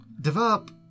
Develop